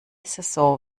saison